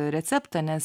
receptą nes